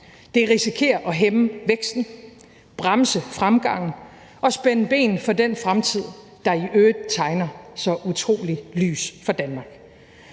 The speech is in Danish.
Det risikerer at hæmme væksten, bremse fremgangen og spænde ben for den fremtid, der i øvrigt tegner så utrolig lys for Danmark.